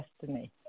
destiny